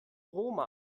roma